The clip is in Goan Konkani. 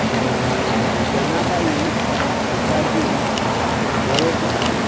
जनाबाई भिकाजी गोवेकार